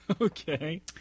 Okay